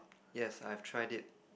yes I have tried it